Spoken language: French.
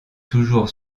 toujours